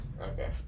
Okay